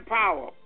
power